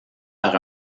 par